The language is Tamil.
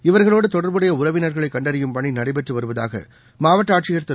இவர்களோடு தொடர்புடைய உறவினர்களை கண்டறியும் பணி நடைபெற்று வருவதாக மாவட்ட ஆட்சியர் திரு